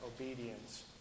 obedience